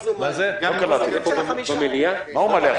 אנחנו מעלים.